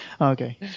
Okay